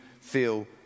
feel